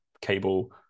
cable